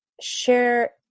share